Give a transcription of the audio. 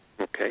Okay